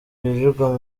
birirwa